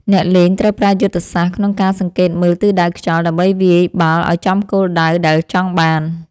អ្នកលេងត្រូវប្រើយុទ្ធសាស្ត្រក្នុងការសង្កេតមើលទិសដៅខ្យល់ ដើម្បីវាយបាល់ឱ្យចំគោលដៅដែលចង់បាន។